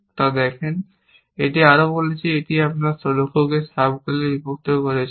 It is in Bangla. তা দেখেন এটি আরও বলেছে আমি একটি লক্ষ্যকে সাব গোলে বিভক্ত করছি